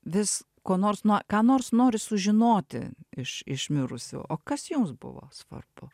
vis ko nors nuo ką nors nori sužinoti iš iš mirusių o kas jums buvo svarbu